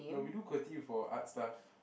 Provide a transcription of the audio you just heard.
no we do qwerty for art stuff